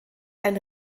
ein